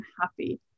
happy